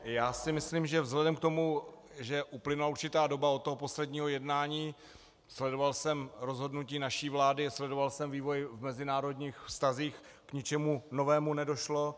Já si myslím, že vzhledem k tomu, že uplynula určitá doba od posledního jednání, sledoval jsem rozhodnutí naší vlády a sledoval jsem vývoj v mezinárodních vztazích, k ničemu novému nedošlo.